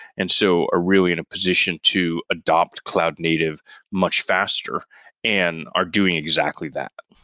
and so are really in a position to adopt cloud native much faster and are doing exactly that.